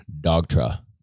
Dogtra